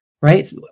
right